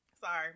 Sorry